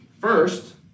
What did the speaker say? First